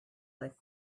was